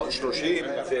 חמש דקות.